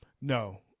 No